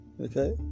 okay